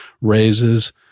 raises